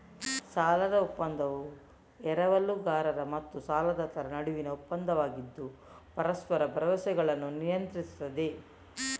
ಸಾಲದ ಒಪ್ಪಂದವು ಎರವಲುಗಾರ ಮತ್ತು ಸಾಲದಾತರ ನಡುವಿನ ಒಪ್ಪಂದವಾಗಿದ್ದು ಪರಸ್ಪರ ಭರವಸೆಗಳನ್ನು ನಿಯಂತ್ರಿಸುತ್ತದೆ